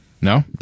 No